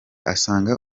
asanga